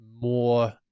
more